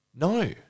No